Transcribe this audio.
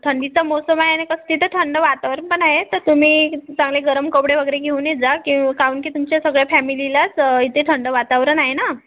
थंडीचा मोसम आहे न कसं तिथं थंड वातावरण पण आहे तर तुम्ही चांगले गरम कपडे वगैरे घेऊन येत जा की काहून की तुमच्या सगळ्या फॅमिलीलाच इथे थंड वातावरण आहे ना